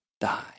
die